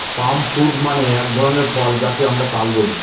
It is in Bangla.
পাম ফ্রুইট মানে হল এক ধরনের ফল যাকে আমরা তাল বলি